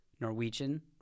Norwegian